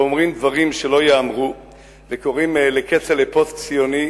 ואומרים דברים שלא ייאמרו וקוראים לכצל'ה פוסט-ציוני,